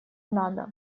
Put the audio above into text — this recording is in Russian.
надо